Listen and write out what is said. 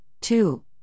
two